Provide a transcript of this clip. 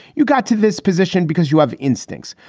you got to this position because you have instincts.